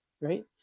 right